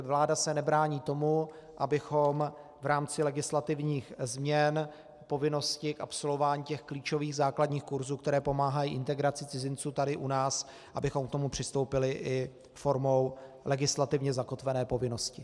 Vláda se nebrání tomu, abychom v rámci legislativních změn povinnosti k absolvování klíčových základních kurzů, které pomáhají integraci cizinců tady u nás, přistoupili i formou legislativně zakotvené povinnosti.